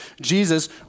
Jesus